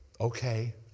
Okay